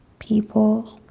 people,